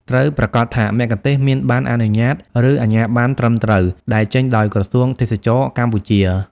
ត្រូវប្រាកដថាមគ្គុទ្ទេសក៍មាន ប័ណ្ណអនុញ្ញាត ឬអាជ្ញាប័ណ្ណត្រឹមត្រូវ ដែលចេញដោយក្រសួងទេសចរណ៍កម្ពុជា។